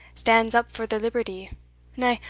stands up for the liberty na,